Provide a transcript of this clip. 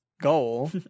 goal